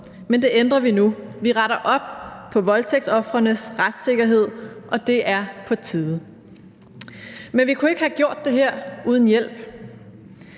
men det ændrer vi nu. Vi retter op på voldtægtsofrenes retssikkerhed, og det er på tide. Men vi kunne ikke have gjort det her uden hjælp.